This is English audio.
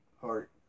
Heart